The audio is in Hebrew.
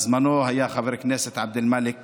בזמנו היה חבר הכנסת עבד אל-מאלכ